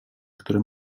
które